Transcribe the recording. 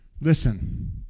listen